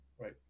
Right